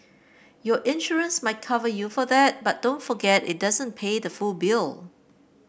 your insurance might cover you for that but don't forget it doesn't pay the full bill